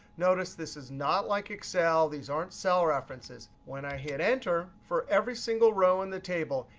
notice, this is not like excel. these aren't cell references. when i hit enter, for every single row in the table,